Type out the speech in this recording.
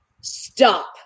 stop